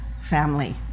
family